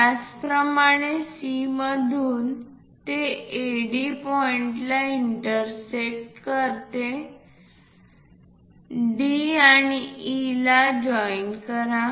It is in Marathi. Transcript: त्याचप्रमाणे C मधून ते AD पॉईंटला इंटरसेक्ट D आणि E ला जॉईन करा